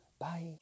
Bye